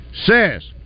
Says